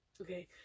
okay